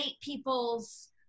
people's